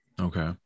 okay